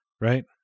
Right